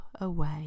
away